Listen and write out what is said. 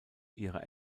ihre